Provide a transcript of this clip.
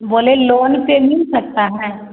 बोले लोन से मिल सकती है